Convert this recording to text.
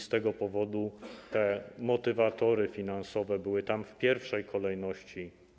Z tego powodu te motywatory finansowe były tam zastosowane w pierwszej kolejności.